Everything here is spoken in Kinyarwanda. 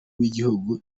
w’igihugu